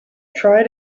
try